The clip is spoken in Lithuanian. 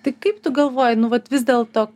tai kaip tu galvoji nu vat vis dėl to